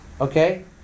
Okay